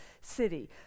city